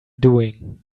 doing